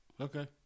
Okay